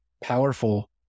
powerful